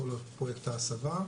כל פרויקט ההסבה.